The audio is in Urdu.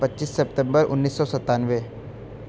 پچیس سپتمبر انیس سو ستانوے